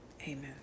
Amen